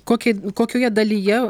kokią kokioje dalyje